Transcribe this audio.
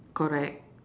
correct